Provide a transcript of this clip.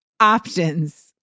Options